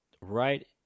Right